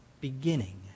beginning